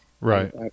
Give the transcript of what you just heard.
Right